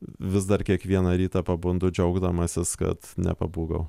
vis dar kiekvieną rytą pabundu džiaugdamasis kad nepabūgau